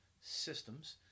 systems